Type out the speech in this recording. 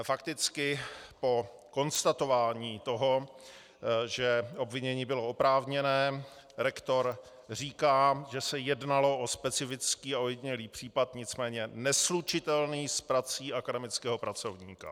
Fakticky po konstatování toho, že obvinění bylo oprávněné, rektor říká, že se jednalo o specifický a ojedinělý případ, nicméně neslučitelný s prací akademického pracovníka.